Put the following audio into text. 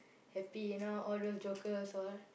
happy you know all those jokers all